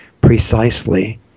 Precisely